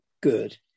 good